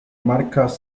marcas